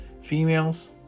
Females